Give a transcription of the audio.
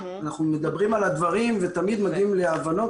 אנחנו מדברים על הדברים ותמיד מגיעים להבנות